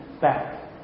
back